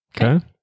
Okay